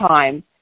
time